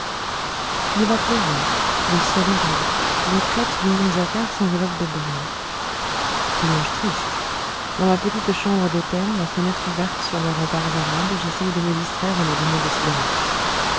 il va pleuvoir le ciel est gris les crêtes du mont zaccar s'enveloppent de brume dimanche triste dans ma petite chambre d'hôtel la fenêtre ouverte sur les remparts arabes j'essaye de me distraire en allumant des cigarettes